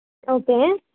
okay